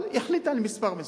אבל היא החליטה על מספר מסוים.